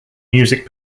music